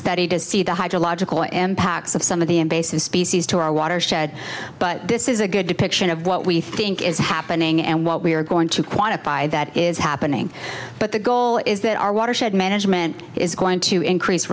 study to see the hydrological impacts of some of the invasive species to our watershed but this is a good depiction of what we think is happening and what we are going to quantify that is happening but the goal is that our watershed management is going to increase